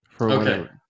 Okay